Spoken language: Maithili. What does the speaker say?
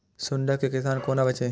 सुंडा से किसान कोना बचे?